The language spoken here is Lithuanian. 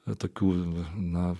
atokių na